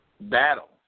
battle